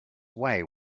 away